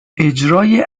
اجرای